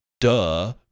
duh